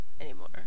anymore